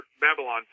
Babylon